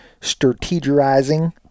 strategizing